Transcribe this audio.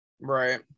Right